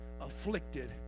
afflicted